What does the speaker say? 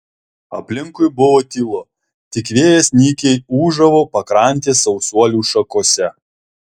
aplinkui buvo tylu tik vėjas nykiai ūžavo pakrantės sausuolių šakose